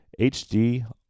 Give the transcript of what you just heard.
HD